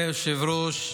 אדוני היושב-ראש,